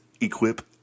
equip